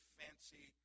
fancy